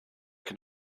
can